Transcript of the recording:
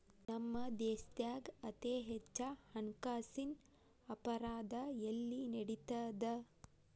ನಮ್ಮ ದೇಶ್ದಾಗ ಅತೇ ಹೆಚ್ಚ ಹಣ್ಕಾಸಿನ್ ಅಪರಾಧಾ ಎಲ್ಲಿ ನಡಿತದ?